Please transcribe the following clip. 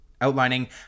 outlining